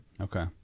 Okay